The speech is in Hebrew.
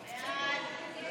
אנחנו יודעים לריב,